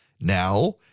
Now